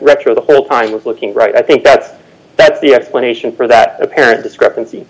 retro the whole time was looking right i think that's that's the explanation for that apparent discrepancy